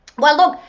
well look,